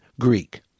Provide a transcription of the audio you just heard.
Greek